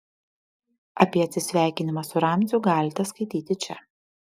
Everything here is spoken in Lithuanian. apie atsisveikinimą su ramziu galite skaityti čia